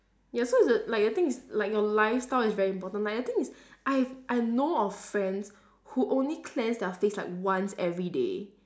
ya so it's the like the thing is like your lifestyle is very important like I think it's I I know of friends who only cleanse their face like once every day